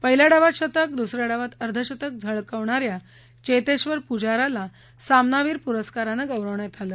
पहिल्या डावात शतक आणि दुस या डावात अर्धशतक झळकवणा या चेतेश्वर पुजाराला सामनावीर पुरस्कारानं गौरवण्यात आलं